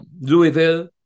Louisville